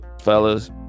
fellas